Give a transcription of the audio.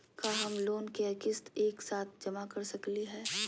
का हम लोन के किस्त एक साथ जमा कर सकली हे?